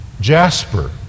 jasper